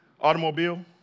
automobile